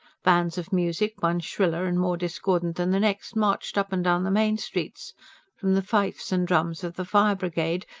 bands of music, one shriller and more discordant than the next, marched up and down the main streets from the fifes and drums of the fire brigade,